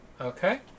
Okay